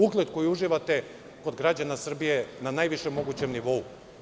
Ugled koji uživate kod građana Srbije na najvišem mogućem nivou.